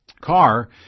car